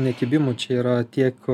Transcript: ne kibimų čia yra tiek